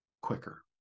quicker